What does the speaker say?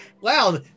Wow